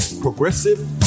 progressive